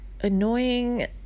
annoying